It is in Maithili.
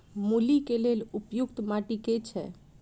मूली केँ लेल उपयुक्त माटि केँ छैय?